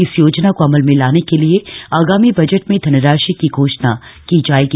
इस योजना को अमल में लाने के लिये आगामी बजट में धनराशि की घोषणा की जाएगी